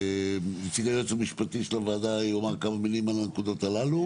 נציג היועץ המשפטי של הוועדה יאמר כמה מילים על הנקודות הללו.